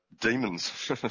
demons